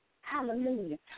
Hallelujah